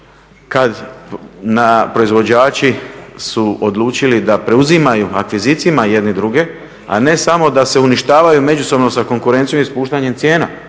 kad proizvođači su odlučili da preuzimaju akvizicijama jedni druge, a ne samo da se uništavaju međusobno sa konkurencijom i spuštanjem cijena.